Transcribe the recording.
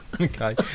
okay